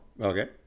Okay